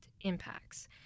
impacts